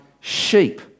sheep